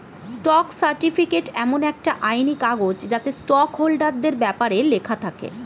stock certificate এমন একটা আইনি কাগজ যাতে স্টক হোল্ডারদের ব্যপারে লেখা থাকে